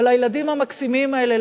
ולילדים המקסימים האלה,